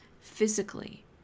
Physically